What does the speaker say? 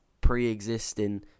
pre-existing